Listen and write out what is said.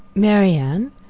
marianne,